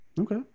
Okay